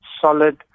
solid